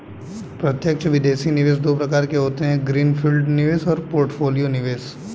प्रत्यक्ष विदेशी निवेश दो प्रकार के होते है ग्रीन फील्ड निवेश और पोर्टफोलियो निवेश